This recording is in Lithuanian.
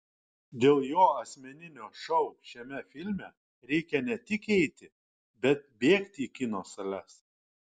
dėl jo asmeninio šou šiame filme reikia ne tik eiti bet bėgti į kino sales